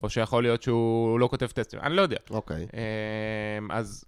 או שיכול להיות שהוא לא כותב טסטים, אני לא יודע. אוקיי.